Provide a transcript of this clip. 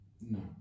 No